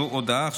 זו הודעה.